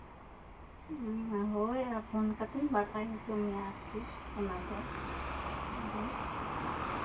ᱦᱳᱭ ᱯᱷᱳᱱ ᱠᱟᱛᱮᱜ ᱤᱧ ᱵᱟᱲᱟᱭ ᱦᱚᱪᱚ ᱢᱮᱭᱟ ᱚᱱᱟᱫᱚ ᱟᱨᱠᱤ ᱚᱱᱟ ᱫᱚ